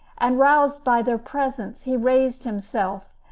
and roused by their presence, he raised himself,